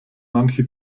manche